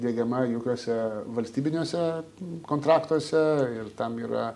diegiama jokiuose valstybiniuose kontraktuose ir tam yra